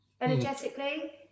Energetically